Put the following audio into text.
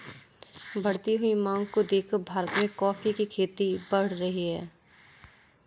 बढ़ती हुई मांग को देखकर भारत में कॉफी की खेती बढ़ रही है